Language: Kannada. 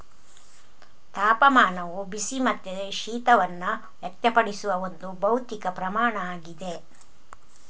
ತಾಪಮಾನವು ಬಿಸಿ ಮತ್ತೆ ಶೀತವನ್ನ ವ್ಯಕ್ತಪಡಿಸುವ ಒಂದು ಭೌತಿಕ ಪ್ರಮಾಣ ಆಗಿದೆ